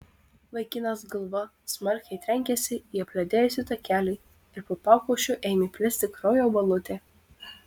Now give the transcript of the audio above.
vaikinas galva smarkiai trenkėsi į apledėjusį takelį ir po pakaušiu ėmė plisti kraujo balutė